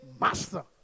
Master